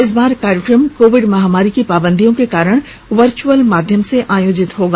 इस बार कार्यक्रम कोविड महामारी की पाबंदियों के कारण वर्च्अल माध्यम से आयोजित होगा